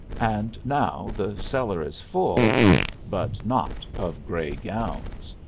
and now the cellar is full but not of gray gowns.